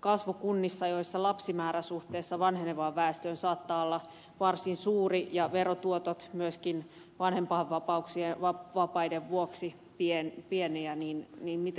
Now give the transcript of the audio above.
kasvukunnissa joissa lapsimäärä suhteessa vanhenevaan väestöön saattaa olla varsin suuri ja verotuotot myöskin vanhempainvapaiden vuoksi pieniä on tämä huomioitu